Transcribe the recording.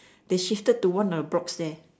they shifted to one of the blocks there